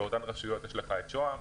בתוך רשימה זו יש גם את שוהם,